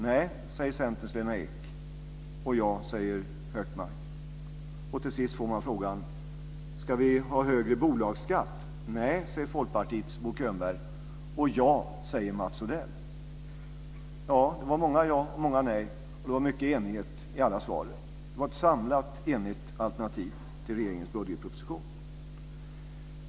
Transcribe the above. Nej, säger Centerns Lena Ek. Ja, säger Hökmark. Till sist får man frågan: Ska vi ha högre bolagsskatt? Nej, säger Folkpartiets Bo Könberg. Ja, säger Mats Odell. Det var många ja och många nej, och det var mycket enighet i alla svaren. Det var ett samlat enigt alternativ till regeringens budgetproposition.